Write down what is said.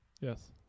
Yes